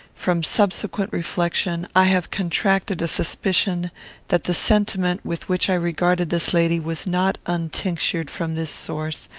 from subsequent reflection, i have contracted a suspicion that the sentiment with which i regarded this lady was not untinctured from this source,